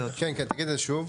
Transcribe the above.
כן, כן, תקריא את זה שוב.